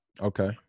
okay